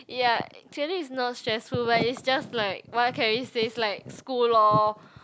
ya actually it's not stressful but it's just like what can we say it's like school lor